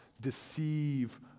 deceive